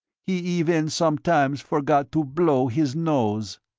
he even sometimes forgot to blow his nose.